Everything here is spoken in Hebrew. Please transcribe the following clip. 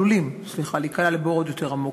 הם עלולים להיקלע לבור עוד יותר עמוק.